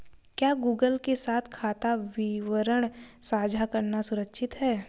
क्या गूगल के साथ खाता विवरण साझा करना सुरक्षित है?